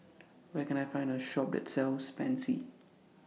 Where Can I Find A Shop that sells Pansy